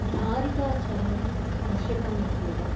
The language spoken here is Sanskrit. दारिकाचरणमावश्यकमस्ति एव